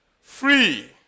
free